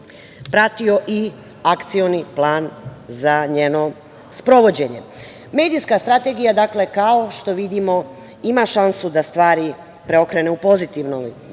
pratio i akcioni plan za njeno sprovođenje. Medijska strategija, kao što vidimo, ima šansu da stvari preokrene u pozitivnom smeru.